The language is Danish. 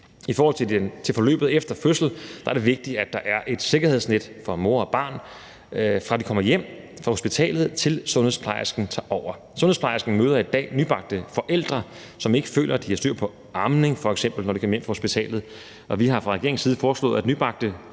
I forhold til forløbet efter fødslen er det vigtigt, at der er et sikkerhedsnet for mor og barn, fra de er kommet hjem fra hospitalet, til sundhedsplejersken tager over. Sundhedsplejersken møder i dag nybagte forældre, som ikke føler, at de har styr på f.eks. amning, når de kommer hjem fra hospitalet. Vi har fra regeringens side foreslået, at nybagte